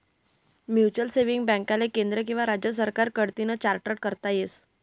mutual saving बॅकले केंद्र किंवा राज्य सरकार कडतीन चार्टट करता येस